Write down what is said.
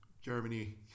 Germany